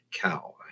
cow